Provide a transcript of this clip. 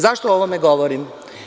Zašto o ovome govorim?